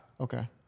okay